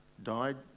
died